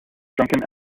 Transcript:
drunken